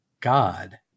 God